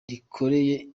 yikoreye